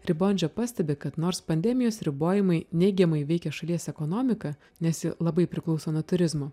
ribondžio pastebi kad nors pandemijos ribojimai neigiamai veikia šalies ekonomiką nes ji labai priklauso nuo turizmo